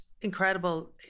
incredible